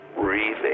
breathing